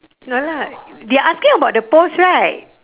no lah they're asking about the pose right